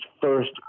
first